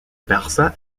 barça